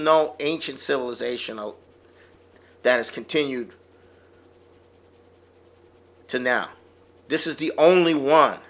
no ancient civilization that has continued to now this is the only one